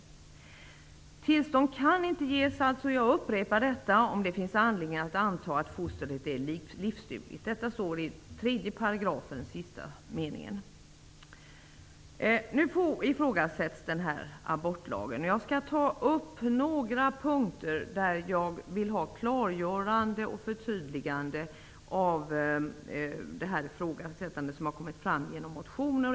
Jag upprepar att tillstånd inte kan ges om det finns anledning att anta att fostret är livsdugligt. Detta står skrivet i lagens 3 §, sista meningen. Nu ifrågasätts abortlagen. Jag skall ta upp några punkter där jag vill ha klargörande och förtydligande av det ifrågasättande av lagen som har förts fram i motioner.